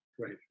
Right